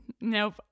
nope